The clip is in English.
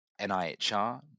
NIHR